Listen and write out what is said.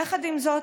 יחד עם זאת,